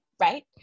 Right